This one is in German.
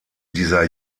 dieser